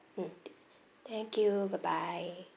mm thank you bye bye